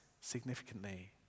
significantly